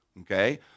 Okay